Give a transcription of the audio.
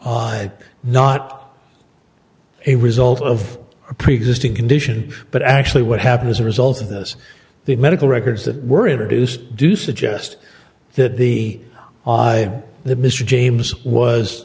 i not a result of a preexisting condition but actually what happened as a result of this the medical records that were introduced do suggest that the the mr james was